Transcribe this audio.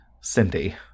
Cindy